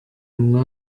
muri